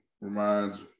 reminds